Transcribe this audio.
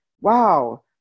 wow